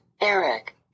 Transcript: Eric